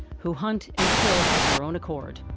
who hunt and kill of their own accord.